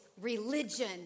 religion